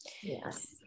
yes